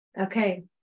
Okay